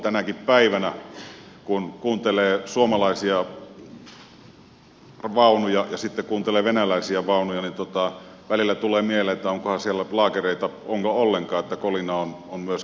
tänäkin päivänä kun kuuntelee suomalaisia vaunuja ja sitten venäläisiä vaunuja tulee välillä mieleen onkohan siellä laakereita ollenkaan kun kolina on myöskin sitä luokkaa